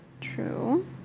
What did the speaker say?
True